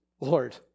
Lord